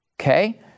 Okay